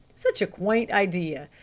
such a quaint idea!